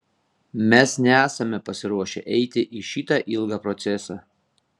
mes nesame pasiruošę eiti į šitą ilgą procesą